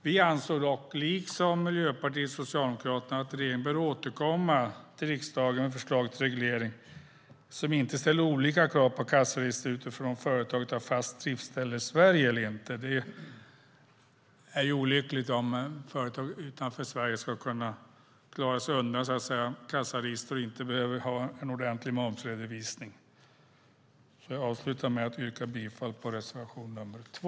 Vi anser dock, liksom Miljöpartiet och Socialdemokraterna, att regeringen bör återkomma till riksdagen med förslag till en reglering som inte ställer olika krav på kassaregister utifrån om företaget har fast driftsställe i Sverige eller inte. Det är olyckligt om företag utanför Sverige ska kunna så att säga klara sig undan kassaregister och inte behöva en ordentlig momsredovisning. Jag avslutar med att yrka bifall till reservation nr 2.